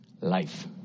life